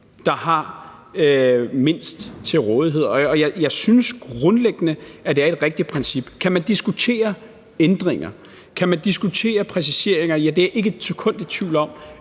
der har mindst til rådighed. Jeg synes grundlæggende, at det er et rigtigt princip. Kan man diskutere ændringer? Kan man diskutere præciseringer? Ja, det er jeg ikke et sekund i tvivl om